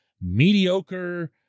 mediocre